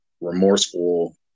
remorseful